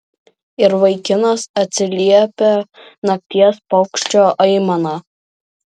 ir vaikinas atsiliepė nakties paukščio aimana